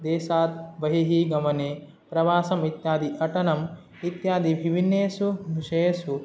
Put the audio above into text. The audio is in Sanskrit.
देशात् बहिः गमने प्रवासम् इत्यादि अटनम् इत्यादि विभिन्नेषु विषयेसु